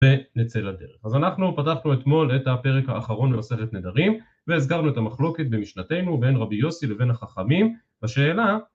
ונצא לדרך. אז אנחנו פתחנו אתמול את הפרק האחרון במסכת נדרים, והזכרנו את המחלוקת במשנתנו, בין רבי יוסי לבין החכמים, בשאלה,